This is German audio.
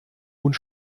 und